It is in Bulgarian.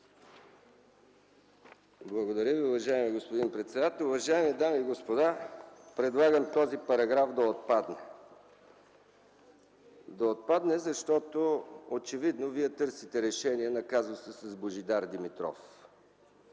Благодаря Ви, уважаеми господин председател. Уважаеми дами и господа! Предлагам този параграф да отпадне. Да отпадне, защото очевидно вие търсите решение на казуса с Божидар Димитров.